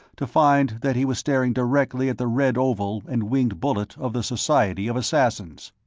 to find that he was staring directly at the red oval and winged bullet of the society of assassins.